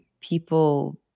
people